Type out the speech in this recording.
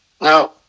No